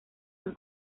han